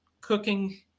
cooking